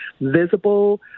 visible